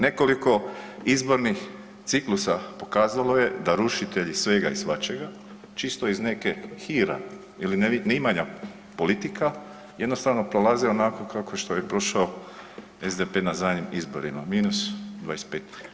Nekoliko izbornih ciklusa pokazalo je da rušitelji svega i svačega, čisto iz nekog hira ili ne imanja politika jednostavno prolazi onako kako što je prošao SDP na zadnjim izborima, minus 25.